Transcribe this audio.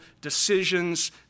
decisions